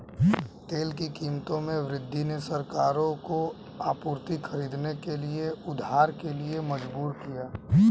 तेल की कीमतों में वृद्धि ने सरकारों को आपूर्ति खरीदने के लिए उधार के लिए मजबूर किया